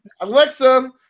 Alexa